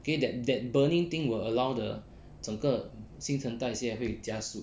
okay that that burning thing will allow the 整个新陈代谢会加速